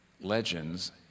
legends